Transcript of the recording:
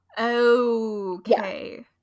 Okay